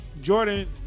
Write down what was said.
Jordan